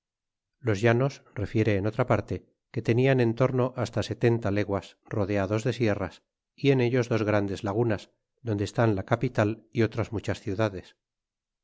los llanos refiere en otra parte que tenian en torno hasta setenta leguas rodeados de sierras y en ellos dos grandes lagunas donde estan la capital y otras muchas ciudades